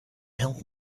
help